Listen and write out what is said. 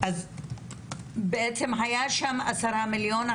אז בעצם היה שם 10 מיליון.